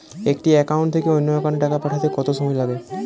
একটি একাউন্ট থেকে অন্য একাউন্টে টাকা পাঠাতে কত সময় লাগে?